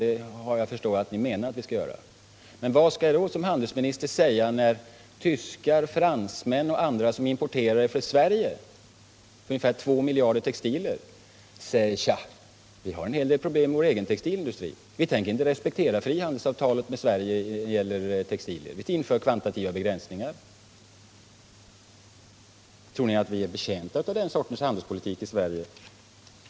Jag har förstått att ni menar att vi skall göra det. Men vad skall jag då som handelsminister svara när tyskar, fransmän och andra, som importerar textilier från Sverige för ungefär 2 miljarder kronor, säger: ”Tja, vi har en hel del problem med vår egen textilindustri; vi tänker inte respektera frihandelsavtalet med Sverige när det gäller textilier, vi inför kvantitativa begränsningar”? Tror ni att vi är betjänta av den sortens handelspolitik i Sverige?